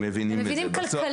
הם מבינים כלכלית.